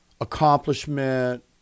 accomplishment